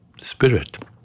spirit